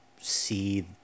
see